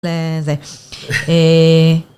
‫לזה.